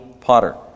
potter